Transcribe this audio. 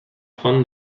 font